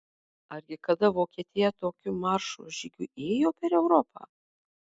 argi kada vokietija tokiu maršo žygiu ėjo per europą